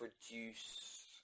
produce